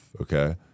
Okay